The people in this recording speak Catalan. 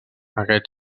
aquest